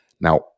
now